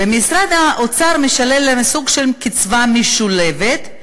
ומשרד האוצר משלם להם סוג של קצבה משולבת,